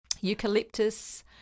Eucalyptus